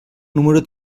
número